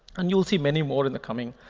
and you will see many more in the coming